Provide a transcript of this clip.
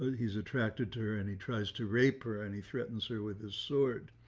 he's attracted to her and he tries to rape her, and he threatens her with his sword.